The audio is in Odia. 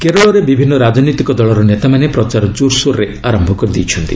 କେରଳରେ ବିଭିନ୍ନ ରାଜନୈତିକ ଦଳର ନେତାମାନେ ପ୍ରଚାର ଜୋରସୋରରେ ଆରମ୍ଭ କରିଦେଇଛନ୍ତି